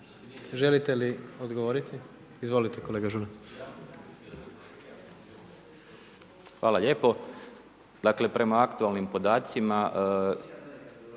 Želite li odgovorite? Izvolite kolega Žunac. **Žunac, Velimir** Hvala lijepo. Dakle, prema aktualnim podacima,